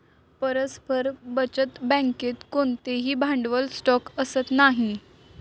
परस्पर बचत बँकेत कोणतेही भांडवल स्टॉक असत नाही